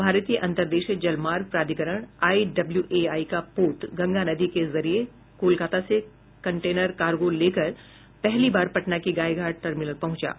भारतीय अंतर्देशीय जल मार्ग प्राधिकरण आईडब्ल्यूएआई का पोत गंगा नदी के जरिए कोलकाता से कंटेनर कार्गो लेकर पहली बार पटना के गायघाट टर्मिनल पहुंचा है